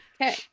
Okay